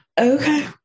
okay